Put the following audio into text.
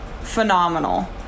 phenomenal